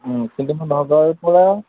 কিন্তু নগাঁৱৰ পৰা